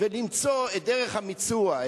ולמצוא את דרך המיצוע,